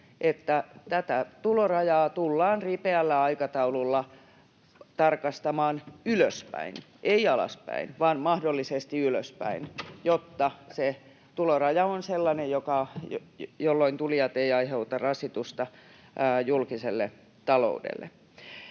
että tätä tulorajaa tullaan ripeällä aikataululla tarkastamaan ylöspäin — ei alaspäin vaan mahdollisesti ylöspäin — jotta se tuloraja on sellainen, jolloin tulijat eivät aiheuta rasitusta julkiselle taloudelle.